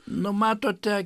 nu matote